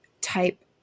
type